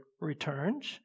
returns